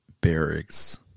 Barracks